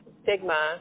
stigma